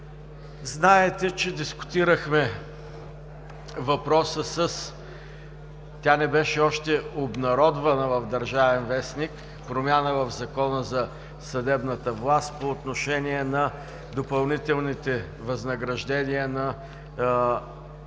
Знаете, че дискутирахме въпроса – тя не беше още обнародвана в „Държавен вестник“, с промяна в Закона за съдебната власт по отношение на допълнителните възнаграждения на